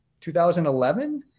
2011